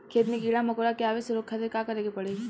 खेत मे कीड़ा मकोरा के आवे से रोके खातिर का करे के पड़ी?